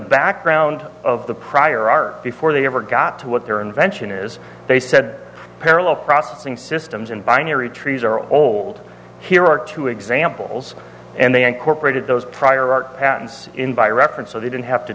background of the prior art before they ever got to what their invention is they said parallel processing systems and binary trees or old here are two examples and they incorporated those prior art patents in by reference so they don't have to